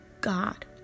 God